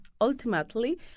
ultimately